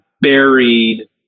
buried